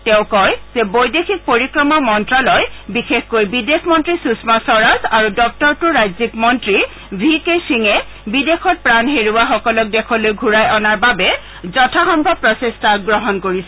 তেওঁ কয় যে বৈদেশিক পৰিক্ৰমা মন্ত্ৰালয় বিশেষকৈ বিদেশ মন্ত্ৰী সুষমা স্বৰাজ আৰু দপ্তৰটোৰ ৰাজ্যিক মন্ত্ৰী ভিকে সিঙে বিদেশত প্ৰাণ হেৰুওৱাসকলক দেশলৈ ঘূৰাই নাৰ বাবে যথাসম্ভৱ প্ৰচেষ্টা গ্ৰহণ কৰিছে